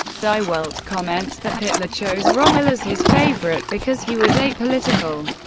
die welt comments that hitler chose rommel as his favourite, because he was apolitical,